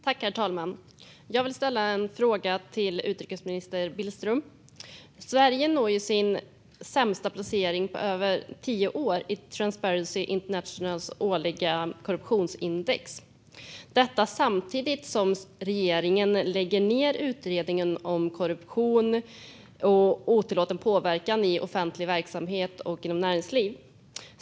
Herr talman! Jag vill ställa en fråga till utrikesminister Billström. Sverige når sin sämsta placering på över tio år i Transparency Internationals årliga korruptionsindex, detta samtidigt som regeringen lägger ned utredningen om korruption och otillåten påverkan i offentlig verksamhet och näringsliv.